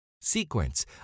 sequence